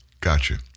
Gotcha